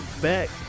back